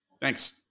Thanks